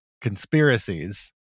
conspiracies